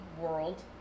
World –